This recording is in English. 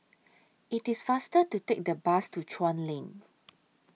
IT IS faster to Take The Bus to Chuan Lane